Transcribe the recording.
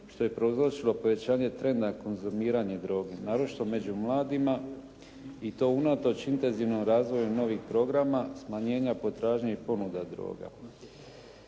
što je prouzročilo povećanje trenda konzumiranja droge naročito među mladima i to unatoč intenzivnom razvoju novih programa, smanjenja potražnje i ponuda droga.